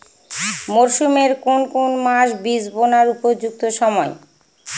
মরসুমের কোন কোন মাস বীজ বোনার উপযুক্ত সময়?